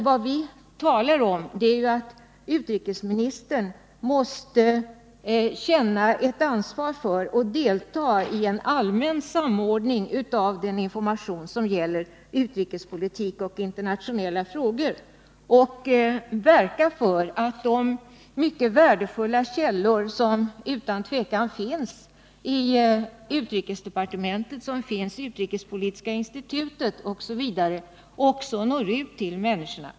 Vad vi talar om är att utrikesministern måste känna ett ansvar för och delta i en allmän samordning av den information som gäller utrikespolitik och internationella frågor och verka för att information från de mycket värdefulla källor, som utan tvivel finns i utrikesdepartementet, utrikespolitiska institutet osv., också når ut till människorna.